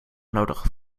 nodigen